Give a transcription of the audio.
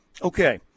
Okay